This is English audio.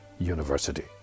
University